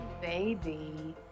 Baby